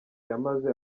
yamaze